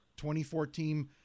2014